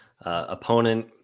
opponent